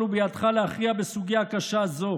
התעסוקה וכו'.